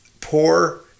poor